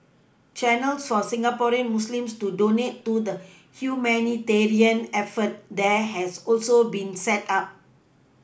Channels for Singaporean Muslims to donate to the humanitarian effort there has also been set up